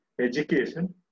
education